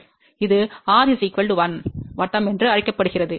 இது r 1 வட்டம் என்று அழைக்கப்படுகிறது